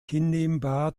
hinnehmbar